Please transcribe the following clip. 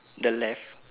the left